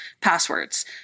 passwords